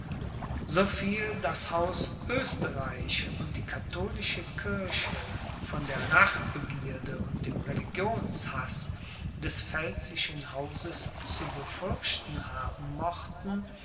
das haus oesterreich und die katholische kirche von der rachbegierde und dem religionshaß des pfälzischen hauses zu fürchten haben mochten